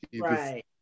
Right